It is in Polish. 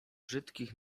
brzydkich